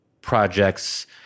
projects